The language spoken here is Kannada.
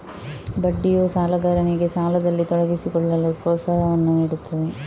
ಬಡ್ಡಿಯು ಸಾಲಗಾರನಿಗೆ ಸಾಲದಲ್ಲಿ ತೊಡಗಿಸಿಕೊಳ್ಳಲು ಪ್ರೋತ್ಸಾಹವನ್ನು ನೀಡುತ್ತದೆ